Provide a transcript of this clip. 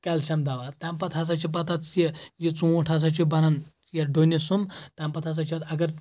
calcium دَوا تَمہِ پَتہٕ ہسا چھِ پَتہٕ اَتھ یہِ یہِ ژوٗنٛٹھ ہسا چھُ بنان یہِ ڈوٚنِس سُم تَمہِ پَتہٕ ہسا چھِ اتھ اگر